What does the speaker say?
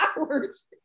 hours